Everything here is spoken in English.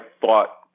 thought